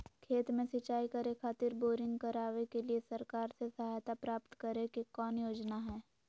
खेत में सिंचाई करे खातिर बोरिंग करावे के लिए सरकार से सहायता प्राप्त करें के कौन योजना हय?